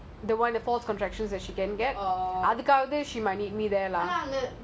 oh